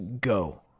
go